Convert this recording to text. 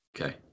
Okay